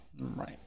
right